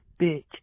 bitch